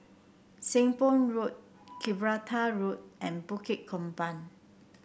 Seng Poh Road Gibraltar Road and Bukit Gombak